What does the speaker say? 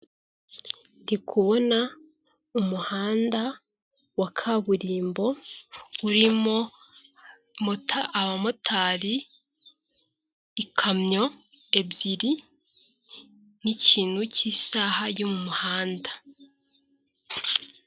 Ndi kubona umuhanda wa kaburimbo urimo mota abamotari ikamyo ebyiri n'ikintu cy'isaha y'umuhanda.